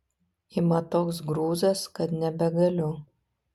ima toks grūzas kad nebegaliu